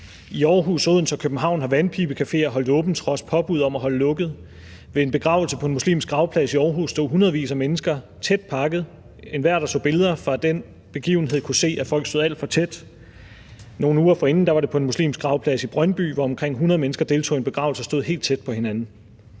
I Aarhus, Odense og København har vandpibecaféer holdt åbent trods påbud om at holde lukket. Ved en begravelse på en muslimsk gravplads i Aarhus stod hundredvis af mennesker tæt pakket. Enhver, der så billeder fra den begivenhed, kunne se, at folk stod alt for tæt. Nogle uger forinden var det på en muslimsk gravplads i Brøndby, hvor omkring 100 mennesker deltog i en begravelse og stod helt tæt på hinanden.